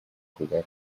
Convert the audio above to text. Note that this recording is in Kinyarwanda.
kubwa